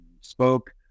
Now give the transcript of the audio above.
spoke